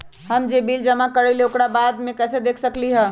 हम जे बिल जमा करईले ओकरा बाद में कैसे देख सकलि ह?